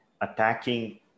attacking